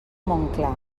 montclar